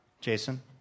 Jason